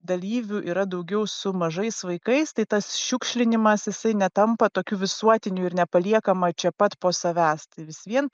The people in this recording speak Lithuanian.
dalyvių yra daugiau su mažais vaikais tai tas šiukšlinimas jisai netampa tokiu visuotiniu ir nepaliekama čia pat po savęs tai vis vien